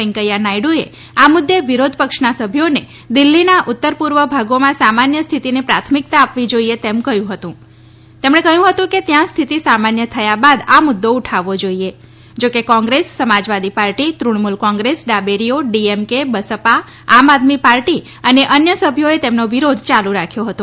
વૈકેયા નાયડુએ આ મુદ્દે વિરોધપક્ષના સભ્યોને દિલ્હીના ઉત્તર પૂર્વ ભાગોમાં સામાન્ય સ્થિતને પ્રાથમિક્તા આપવી જોઈએ તેમ કહ્યું હતુ તેમણે કહ્યું હતુ કે ત્યાં સ્થિત સામાન્ય થયા બાદ આ મુદ્દો ઉઠાવવો જોઇએ જોકેકોંગ્રેસ સમાજવાદીપાર્ટી તૃણમુલ કોંગ્રેસ ડોબેરીઓ ડીએમકે બસપા આમ આદમી પાર્ટી અને અન્ય સભ્યોએ તેમનો વિરોધ ચાલુ રાખ્યો હતો